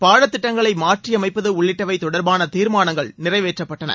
பாடத் திட்டங்களை மாற்றி அமைப்பது உள்ளிட்டவை தொடர்பான தீர்மாணங்களை நிறைவேற்றப்பட்டன